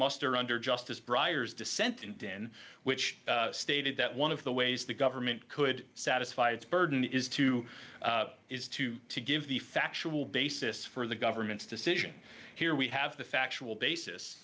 muster under justice briar's dissent and in which stated that one of the ways the government could satisfy its burden is to is to to give the factual basis for the government's decision here we have the factual basis